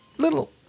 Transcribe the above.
little